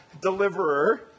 deliverer